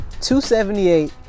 278